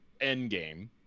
Endgame